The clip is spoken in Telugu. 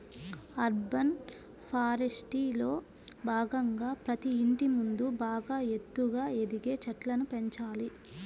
అర్బన్ ఫారెస్ట్రీలో భాగంగా ప్రతి ఇంటి ముందు బాగా ఎత్తుగా ఎదిగే చెట్లను పెంచాలి